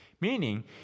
Meaning